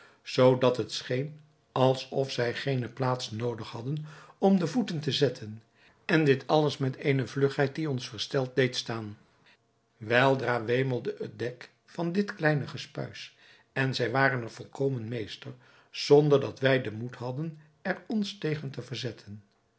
zoodat het scheen alsof zij geene plaats noodig hadden om de voeten te zetten en dit alles met eene vlugheid die ons versteld deed staan weldra wemelde het dek van dit kleine gespuis en zij waren er volkomen meester zonder dat wij den moed hadden er ons tegen te verzetten